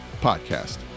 Podcast